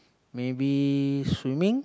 maybe swimming